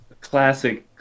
Classic